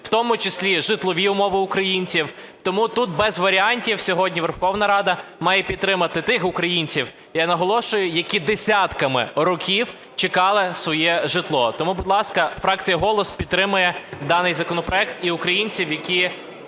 в тому числі житлові умови українців. Тому тут без варіантів сьогодні Верховна Рада має підтримати тих українців, я наголошую, які десятками років чекали своє житло. Тому, будь ласка, фракція "Голос" підтримує даний законопроект і українців, які